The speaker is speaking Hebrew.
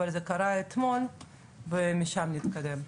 אבל זה קרה אתמול ומשם נתקדם.